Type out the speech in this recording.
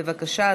בבקשה,